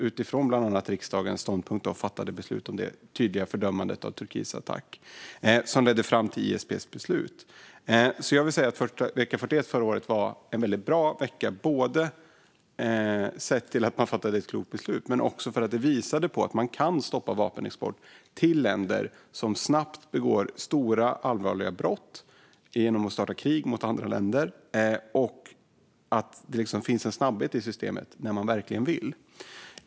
Utifrån bland annat riksdagens ståndpunkt fattade FAC sedan beslutet att tydligt fördöma Turkiets attack, vilket ledde fram till ISP:s beslut. Vecka 41 förra året var alltså en bra vecka, både för att det fattades ett klokt beslut och för att det visade att om man vill kan man snabbt stoppa vapenexport till länder som begår stora, allvarliga brott genom att starta krig mot andra länder.